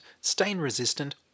stain-resistant